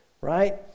right